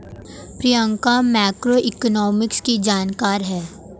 Priyanka macroeconomics की जानकार है